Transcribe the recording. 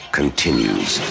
continues